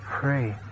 free